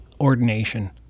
ordination